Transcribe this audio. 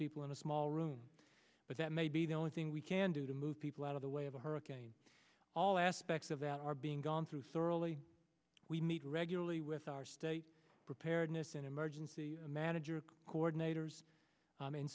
people in a small room but that may be the only thing we can do to move people out of the way of the hurricane all aspects of that are being gone through thoroughly we need regularly with our state preparedness and emergency manager coordinators